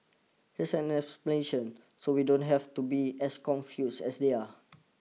here's the explanation so you don't have to be as confused as they are